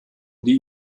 die